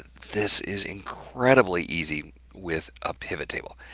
this is incredibly easy with a pivot table.